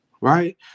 Right